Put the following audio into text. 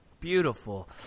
Beautiful